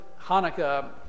Hanukkah